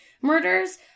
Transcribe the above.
murders